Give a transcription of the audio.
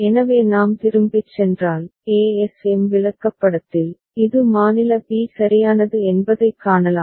எனவே நாம் திரும்பிச் சென்றால் ASM விளக்கப்படத்தில் இது மாநில b சரியானது என்பதைக் காணலாம்